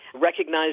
recognize